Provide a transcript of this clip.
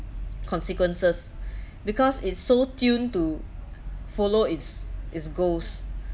consequences because it's so tuned to follow its its goals